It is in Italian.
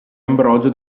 ambrogio